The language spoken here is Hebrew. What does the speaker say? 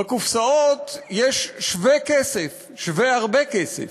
בקופסאות יש שווה כסף, שווה הרבה כסף,